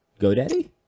GoDaddy